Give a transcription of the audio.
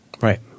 Right